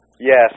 Yes